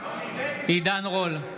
עידן רול,